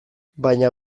baina